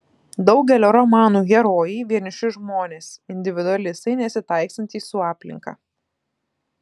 daugelio romanų herojai vieniši žmonės individualistai nesitaikstantys su aplinka